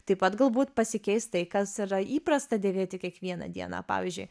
taip pat galbūt pasikeis tai kas yra įprasta dėvėti kiekvieną dieną pavyzdžiui